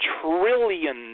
trillion